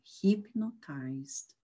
hypnotized